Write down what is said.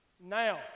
Now